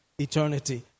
eternity